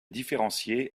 différencier